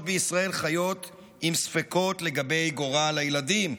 בישראל חיות עם ספקות לגבי גורל הילדים.